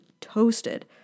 toasted